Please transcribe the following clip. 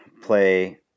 play